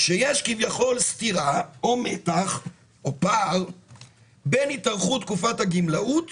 שיש כביכול סתירה או מתח או פער בין התארכות תקופת הגמלאות